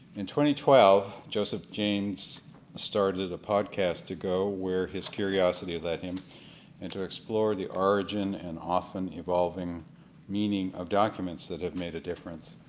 and twelve joseph janes started a podcast to go where his curiosity led him and to explore the origin and often evolving meaning of documents that have made a difference.